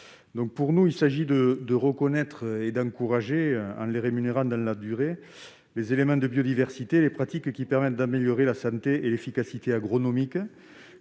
Il faut ainsi reconnaître et encourager, en les rémunérant dans la durée, les éléments de biodiversité et les pratiques qui permettent d'améliorer la santé et l'efficacité agronomique,